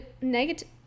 negative